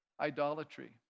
Idolatry